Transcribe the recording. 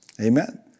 Amen